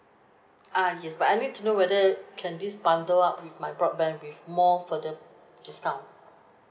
ah yes but I need to know whether can this bundle up with my broadband with more further discount